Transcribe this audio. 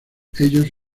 ellos